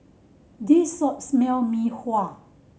this Mee Sua